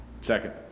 Second